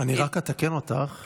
אני רק אתקן אותך.